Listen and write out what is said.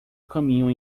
caminham